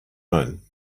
own